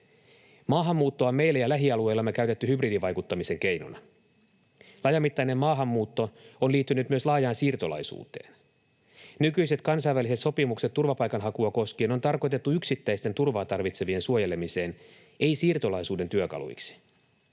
Maahanmuuttoa on meillä ja lähialueillamme käytetty hybridivaikuttamisen keinona. Laajamittainen maahanmuutto on liittynyt myös laajaan siirtolaisuuteen. Nykyiset kansainväliset sopimukset turvapaikanhakua koskien on tarkoitettu yksittäisten turvaa tarvitsevien suojelemiseen, ei siirtolaisuuden työkaluiksi.